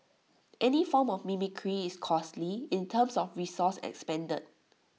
any form of mimicry is costly in terms of resources expended